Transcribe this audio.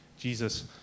Jesus